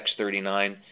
X39